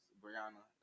Brianna